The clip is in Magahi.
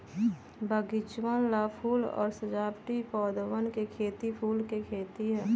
बगीचवन ला फूल और सजावटी पौधवन के खेती फूल के खेती है